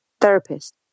therapist